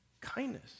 kindness